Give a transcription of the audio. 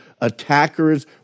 attackers